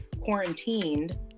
quarantined